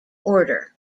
order